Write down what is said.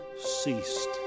ceased